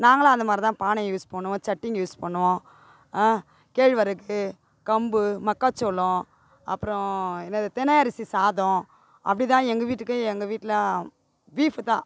நாங்களும் அந்தமாதிரிதான் பானையை யூஸ் பண்ணுவோம் சட்டிங்க யூஸ் பண்ணுவோம் கேழ்வரகு கம்பு மக்காச்சோளம் அப்புறம் என்னது தெனை அரிசி சாதம் அப்படிதான் எங்கள் வீட்டுக்கு எங்கள் வீட்டில் பீஃப்பு தான்